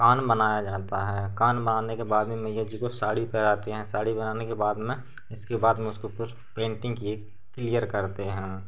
कान बनाया जाता है कान बनाने के बाद में मैया जी को साड़ी पहनाते हैं साड़ी पहनाने के बाद में इसके बाद में उसको कुछ पेन्टिंग किए क्लियर करते हैं